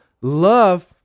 love